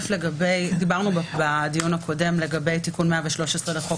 דיברנו בדיון הקודם לגבי תיקון 113 לחוק